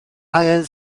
angen